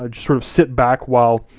ah sort of sit back while,